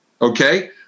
Okay